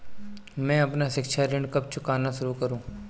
मैं अपना शिक्षा ऋण कब चुकाना शुरू करूँ?